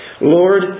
Lord